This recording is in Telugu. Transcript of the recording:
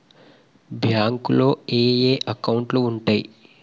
బ్యాంకులో ఏయే అకౌంట్లు ఉంటయ్?